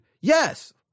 Yes